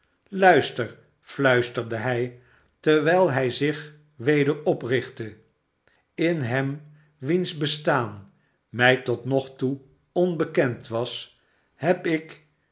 luister fluisterde hij terwijl hij zich weder oprichtte in hem wiens bestaan mij tot nog toe onbekend was heb ik